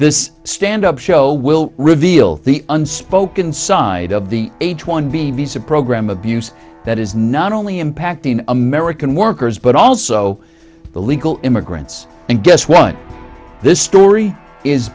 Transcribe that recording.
this stand up show will reveal the unspoken side of the h one b visa program abuse that is not only impacting american workers but also illegal immigrants and guess what this story is